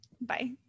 Bye